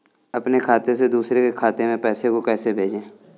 अपने खाते से दूसरे के खाते में पैसे को कैसे भेजे?